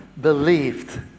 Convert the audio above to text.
believed